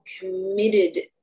committed